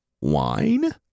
Wine